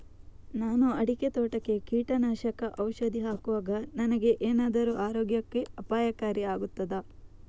ನಾನು ಅಡಿಕೆ ತೋಟಕ್ಕೆ ಕೀಟನಾಶಕ ಔಷಧಿ ಹಾಕುವಾಗ ನನಗೆ ಏನಾದರೂ ಆರೋಗ್ಯಕ್ಕೆ ಅಪಾಯಕಾರಿ ಆಗುತ್ತದಾ?